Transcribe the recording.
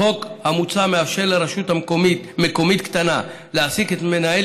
החוק המוצע מאפשר לרשות מקומית קטנה להעסיק את מנהל